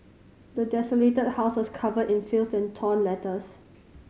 the desolated house was covered in filth and torn letters